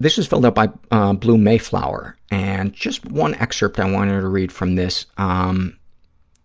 this was filled out by blue mayflower, and just one excerpt i wanted to read from this. ah um